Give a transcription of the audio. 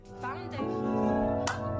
foundation